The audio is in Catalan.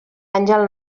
àngel